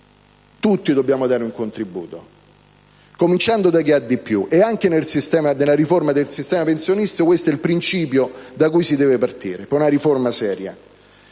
tutti dobbiamo dare un contributo, a cominciare da chi ha di più: anche nel sistema pensionistico, questo è il principio da cui si deve partire per una riforma seria,